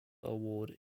award